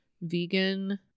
vegan